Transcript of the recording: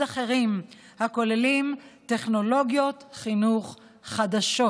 אחרים הכוללים טכנולוגיות חינוך חדשות.